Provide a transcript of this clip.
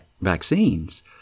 vaccines